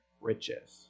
riches